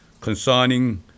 concerning